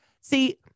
See